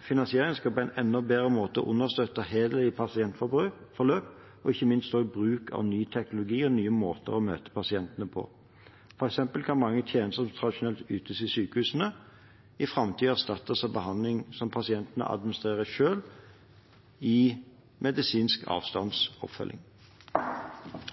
finansiering skal på en enda bedre måte understøtte helhetlige pasientforløp og ikke minst også bruk av ny teknologi og nye måter å møte pasientene på. For eksempel kan mange tjenester som tradisjonelt ytes i sykehusene, i framtiden erstattes av behandling som pasienten administrerer selv, i medisinsk avstandsoppfølging.